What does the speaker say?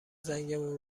زنگمون